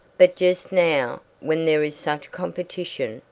but just now, when there is such competition,